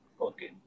Okay